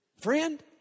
Friend